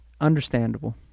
understandable